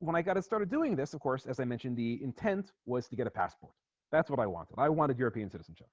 when i got to started doing this of course as i mentioned the intent was to get a passport that's what i wanted i wanted european citizenship